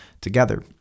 together